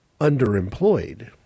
underemployed